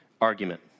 argument